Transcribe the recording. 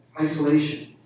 isolation